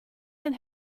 den